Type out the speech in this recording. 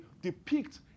depict